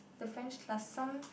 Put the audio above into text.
the French plus some